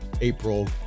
April